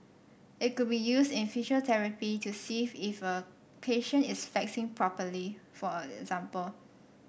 it could be used in physiotherapy to see if a patient is flexing properly for example